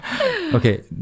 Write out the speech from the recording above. Okay